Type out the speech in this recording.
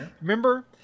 remember